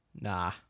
Nah